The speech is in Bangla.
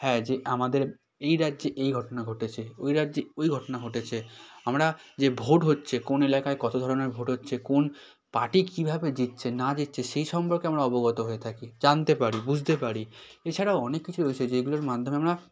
হ্যাঁ যে আমাদের এই রাজ্যে এই ঘটনা ঘটেছে ওই রাজ্যে ওই ঘটনা ঘটেছে আমরা যে ভোট হচ্ছে কোন এলাকায় কত ধরনের ভোট হচ্ছে কোন পার্টি কীভাবে জিতছে না জিতছে সেই সম্পর্কে আমরা অবগত হয়ে থাকি জানতে পারি বুঝতে পারি এছাড়াও অনেক কিছু রয়েছে যেগুলোর মাধ্যমে আমরা